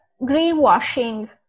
greenwashing